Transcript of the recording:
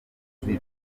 mukuru